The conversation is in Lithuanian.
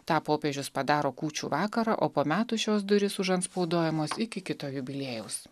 tą popiežius padaro kūčių vakarą o po metų šios durys užantspauduojamos iki kito jubiliejaus